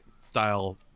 style